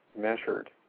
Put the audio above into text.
measured